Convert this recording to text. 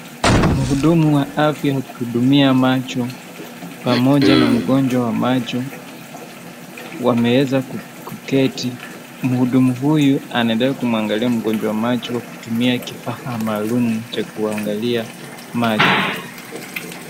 Mhudumu wa afya kuhudumia macho pamoja na mgonjwa wa macho wameweza kuketi. Mhudumu huyu anaendelea kumwangalia mgonjwa macho kutumia kifaa maalum cha kuangalia macho.